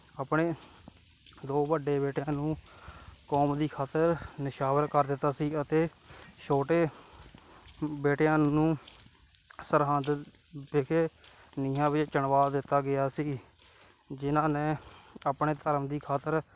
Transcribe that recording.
ਆਪਣੇ ਦੋ ਵੱਡੇ ਬੇਟਿਆਂ ਨੂੰ ਕੌਮ ਦੀ ਖਾਤਰ ਨਿਸ਼ਾਵਰ ਕਰ ਦਿੱਤਾ ਸੀ ਅਤੇ ਛੋਟੇ ਬੇਟਿਆਂ ਨੂੰ ਸਰਹੰਦ ਵਿਖੇ ਨੀਹਾਂ ਵਿੱਚ ਚਿਣਵਾ ਦਿੱਤਾ ਗਿਆ ਸੀ ਜਿਹਨਾਂ ਨੇ ਆਪਣੇ ਧਰਮ ਦੀ ਖਾਤਰ